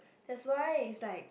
that why is like